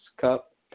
Cup